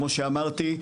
כמו שאמרתי,